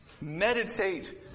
Meditate